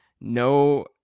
no